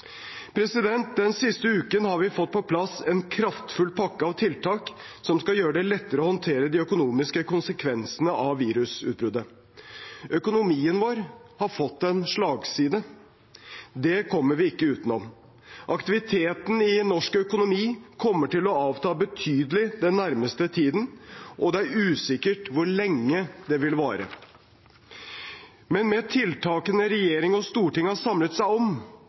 dette. Den siste uken har vi fått på plass en kraftfull pakke av tiltak som skal gjøre det lettere å håndtere de økonomiske konsekvensene av virusutbruddet. Økonomien vår har fått en slagside, det kommer vi ikke utenom. Aktiviteten i norsk økonomi kommer til å avta betydelig den nærmeste tiden, og det er usikkert hvor lenge det vil vare. Men med tiltakene regjering og storting har samlet seg om,